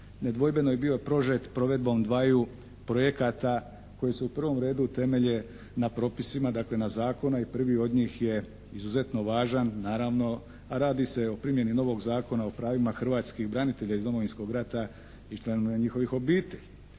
nedvojbeno je bio prožet provedbom dvaju projekata koji se u prvom redu temelje na propisima dakle na zakona i prvi od njih je izuzetno važan naravno, a radi se o primjeni novog Zakona o pravima hrvatskih branitelja iz Domovinskog rata i članova njihovih obitelji